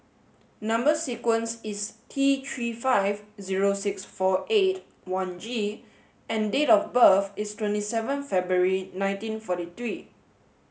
number sequence is T three five zero six four eight one G and date of birth is twenty seven February nineteen forty three